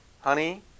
Honey